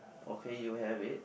okay you have it